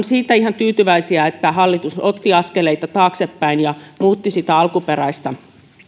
siitä ihan tyytyväisiä että hallitus otti askeleita taaksepäin ja muutti alkuperäistä